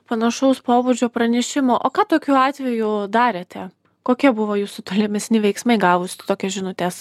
panašaus pobūdžio pranešimų o ką tokiu atveju darėte kokie buvo jūsų tolimesni veiksmai gavus tokias žinutes